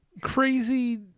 Crazy